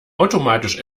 automatisch